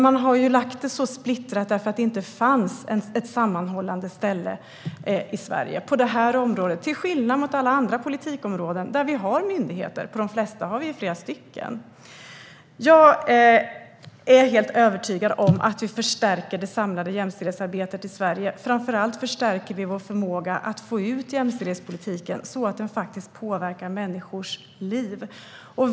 Man har lagt det så splittrat därför att det inte fanns ett sammanhållande ställe i Sverige på det här området till skillnad från alla andra politikområden, där vi har myndigheter. På de flesta har vi flera stycken. Jag är helt övertygad om att vi förstärker det samlade jämställdhetsarbetet i Sverige. Framför allt förstärker vi vår förmåga att få ut jämställdhetspolitiken så att den påverkar människors liv.